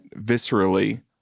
viscerally